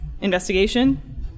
investigation